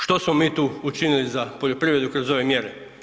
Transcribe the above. Što smo mi tu učinili za poljoprivredu kroz ove mjere?